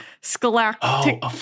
scholastic